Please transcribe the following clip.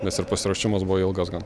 nes ir pasiruošimas buvo ilgas gan